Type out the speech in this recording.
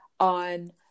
On